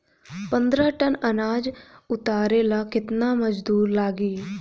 पन्द्रह टन अनाज उतारे ला केतना मजदूर लागी?